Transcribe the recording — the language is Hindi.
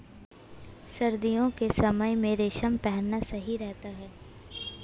सर्दियों के समय में रेशम पहनना सही रहता है